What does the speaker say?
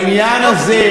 בעניין הזה,